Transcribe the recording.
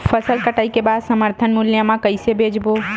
फसल कटाई के बाद समर्थन मूल्य मा कइसे बेचबो?